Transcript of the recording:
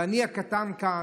ואני הקטן כאן,